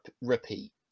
repeat